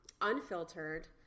unfiltered